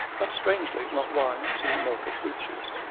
but, strangely, not wine, tea, milk or fruit juice,